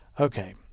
okay